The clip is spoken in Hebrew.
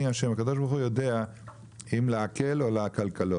אני השם הקדוש ברוך הוא יודע אם להקל או לעקלקלות.